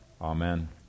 Amen